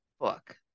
book